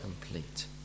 complete